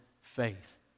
faith